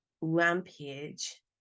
Rampage